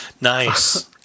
Nice